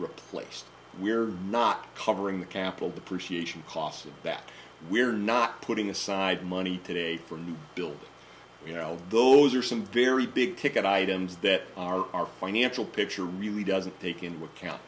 replaced we're not covering the capital depreciation costs that we're not putting aside money today from building you know those are some very big ticket items that our financial picture really doesn't take into account